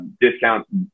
discount